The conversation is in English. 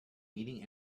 meeting